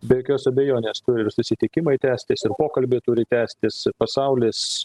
be jokios abejonės turi ir susitikimai tęstis ir pokalbiai turi tęstis pasaulis